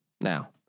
now